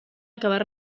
acabar